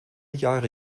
jahre